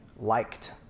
liked